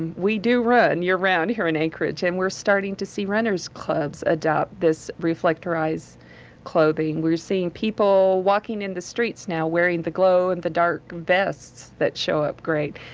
we do run year round here in anchorage, and we're starting to see runners clubs adopt this reflectorized clothing. we're seeing people walking in the streets now wearing the glow-in-the-dark vests that show up great.